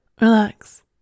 Relax